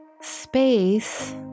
space